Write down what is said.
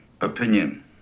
opinion